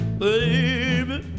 baby